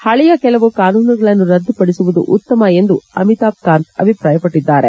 ಪಳೆಯ ಕೆಲವು ಕಾನೂನುಗಳನ್ನು ರದ್ದುಪಡಿಸುವುದು ಉತ್ತಮ ಎಂದು ಅಮಿತಾಭ್ ಕಾಂತ್ ಅಭಿಪ್ರಾಯಪಟ್ಟದ್ದಾರೆ